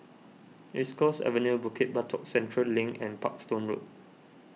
East Coast Avenue Bukit Batok Central Link and Parkstone Road